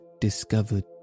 discovered